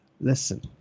listen